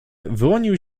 wyłonił